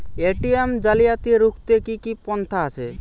ATM জালিয়াতি রুখতে কি কি পন্থা আছে?